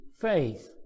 faith